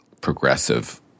progressive